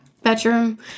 bedroom